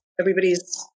everybody's